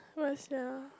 what sia